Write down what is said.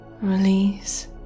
release